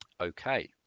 Okay